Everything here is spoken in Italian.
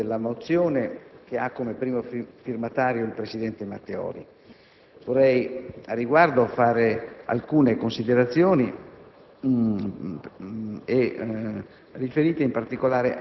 premetto subito di essere pienamente a favore della mozione che ha come primo firmatario il presidente Matteoli, nei confronti della quale vorrei fare alcune considerazioni,